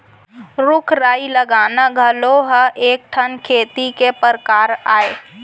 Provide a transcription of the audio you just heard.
रूख राई लगाना घलौ ह एक ठन खेती के परकार अय